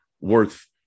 worth